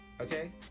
okay